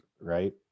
right